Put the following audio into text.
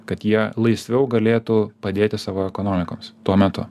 kad jie laisviau galėtų padėti savo ekonomikoms tuo metu